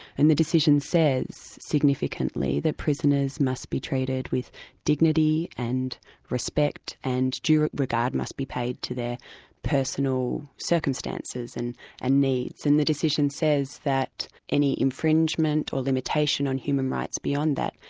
and the decision says, significantly, that prisoners must be treated with dignity and respect, and due regard must be paid to their personal circumstances, and and needs. and the decision says that any infringement or limitation on human rights beyond that,